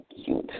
cute